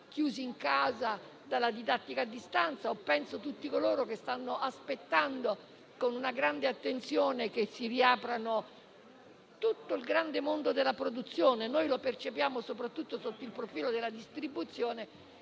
chiusi in casa dalla didattica a distanza o a coloro che stanno aspettando, con grande attenzione, che riapra tutto il grande mondo della produzione; percepiamo questo tema soprattutto sotto il profilo della distribuzione,